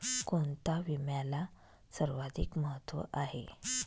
कोणता विम्याला सर्वाधिक महत्व आहे?